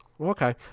Okay